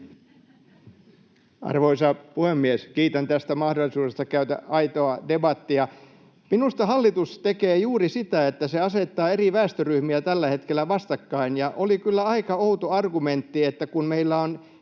Arvoisa puhemies! Kiitän tästä mahdollisuudesta käydä aitoa debattia. — Minusta hallitus tekee juuri sitä, että se asettaa eri väestöryhmiä tällä hetkellä vastakkain, ja oli kyllä aika outo argumentti, että kun meillä on